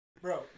bro